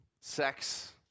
sex